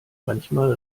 manchmal